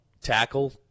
tackle